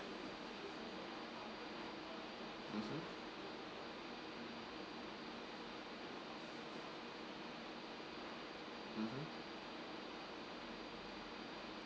mmhmm mmhmm